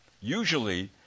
usually